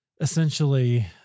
essentially